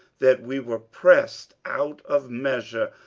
that we were pressed out of measure,